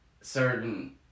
certain